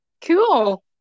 cool